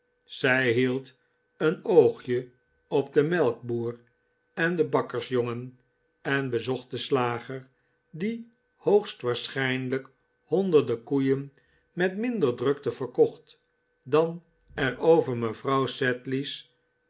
zij hield een oogje op den melkboer en den bakkersjongen en bezocht den slager die hoogstwaarschijnlijk honderden koeien met minder drukte verkocht dan er over mevrouw sedley's